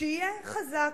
שיהיה חזק,